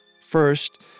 First